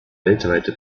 weltweite